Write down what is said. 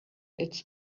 its